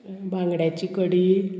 बांगड्याची कडी